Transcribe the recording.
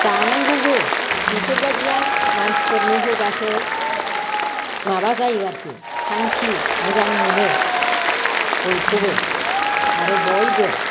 जानांगौबो बेफोर बादिया मानसिफोरनो होबासो माबा जायो आरोखि सानथि मोजां मोनो बयखौबो आरो बयबो